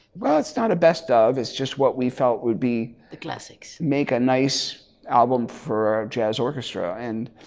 it's not a best of, it's just what we felt would be. the classics make a nice album for jazz orchestra and.